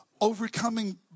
overcoming